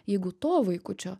jeigu to vaikučio